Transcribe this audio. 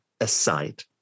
aside